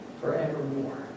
forevermore